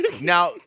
now